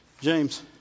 James